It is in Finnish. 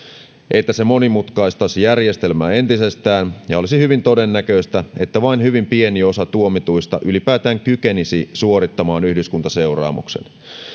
että se monimutkaistaisi järjestelmää entisestään ja olisi hyvin todennäköistä että vain hyvin pieni osa tuomituista ylipäätään kykenisi suorittamaan yhdyskuntaseuraamukset